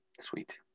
Sweet